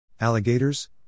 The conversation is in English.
Alligators